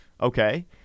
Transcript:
Okay